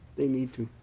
they need to